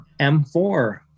M4